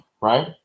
right